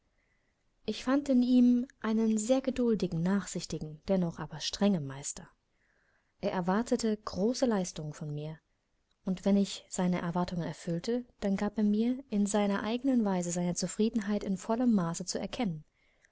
ich fand in ihm einen sehr geduldigen nachsichtigen dennoch aber strengen meister er erwartete große leistungen von mir und wenn ich seine erwartungen erfüllte dann gab er mir in seiner eigenen weise seine zufriedenheit in vollem maße zu erkennen